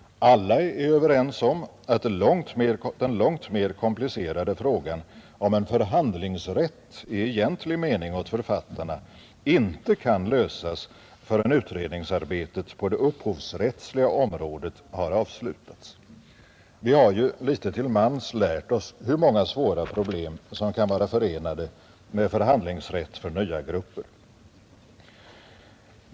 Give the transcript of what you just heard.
Alla är överens om att den långt mer komplicerade frågan om en förhandlingsrätt i egentlig mening åt författarna inte kan lösas förrän utredningsarbetet på det upphovsrättsliga området har avslutats. Vi har ju litet till mans lärt oss hur många svåra problem som kan vara förenade med förhandlingsrätt för nya grupper.